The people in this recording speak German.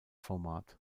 format